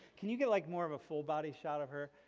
can you get like more of a full body shot of her,